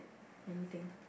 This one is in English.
anything